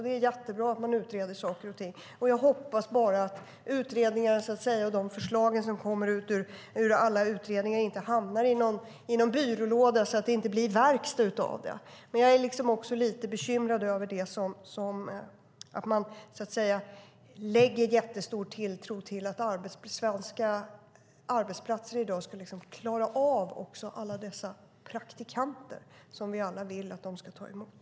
Det är jättebra att man utreder saker och ting, och jag hoppas bara att utredningen och de förslag som kommer ut ur alla utredningar inte hamnar i någon byrålåda utan att det blir verkstad av det. Men jag är också lite bekymrad över att man sätter en sådan jättestor tilltro till att svenska arbetsplatser i dag ska klara av alla dessa praktikanter som vi alla vill att de ska emot.